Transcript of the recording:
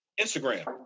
Instagram